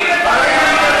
למה?